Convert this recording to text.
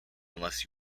unless